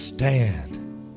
Stand